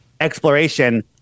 exploration